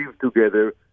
together